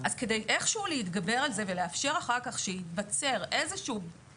אז כדי איך שהוא להתגבר על זה ולאפשר אחר כך שייווצר איזה שהוא,